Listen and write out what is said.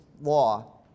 law